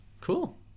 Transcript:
Cool